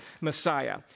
Messiah